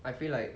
I feel like